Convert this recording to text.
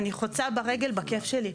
אני חוצה ברגל בכיף שלי.